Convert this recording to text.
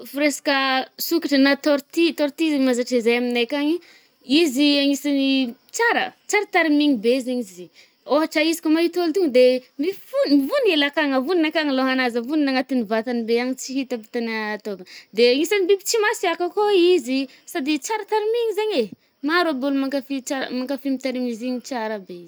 Firesaka sokatra na tortue, tortue zaigny mahazatra izahay akagny, izy agnisan'ny tsara tsara tarimigny be zaigny izy i ôhatra izy koa mahita ôlo ton'de mifo- mifony vony laka vony nakany lohanan'azy, vonign'ny anatign'ny vatagna ny be agnany, tsy hitako tegna ataovany, de izy zagny isan'ny biby tsy mahasiaka koa izy, sady tsara tarimigny zagny eh, maro mankafy tsara mankafy mitarigny izy igny, tsara aby izy.